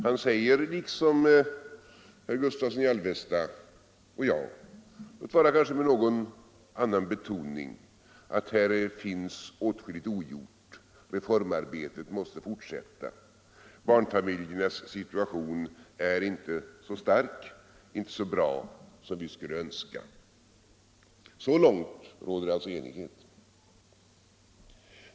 Han säger, liksom herr Gustavsson i Alvesta och jag — låt vara att han kanske gör det med något annan betoning — att åtskilligt är ogjort på detta ömråde, att reformarbetet måste fortsätta, att barnfamiljernas situation inte är så bra som vi skulle önska. Så långt råder det alltså enighet.